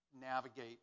navigate